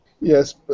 Yes